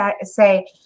say